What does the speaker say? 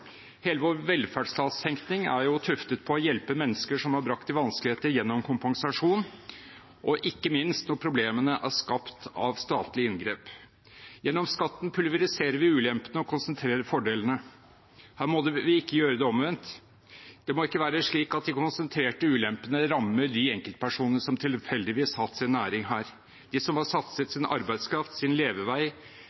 Hele vår velferdsstatstenkning er tuftet på å hjelpe mennesker som har blitt bragt i vanskeligheter, gjennom kompensasjon, ikke minst når problemene er skapt av statlige inngrep. Gjennom skatten pulveriserer vi ulempene og konsentrerer fordelene. Her må vi ikke gjøre det omvendt. Det må ikke være slik at de konsentrerte ulempene rammer de enkeltpersonene som tilfeldigvis har hatt sin næring her, de som har satset